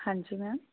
ਹਾਂਜੀ ਮੈਮ